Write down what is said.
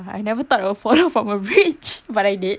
I never thought of fallen from a bridge but I did